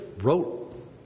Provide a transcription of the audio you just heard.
wrote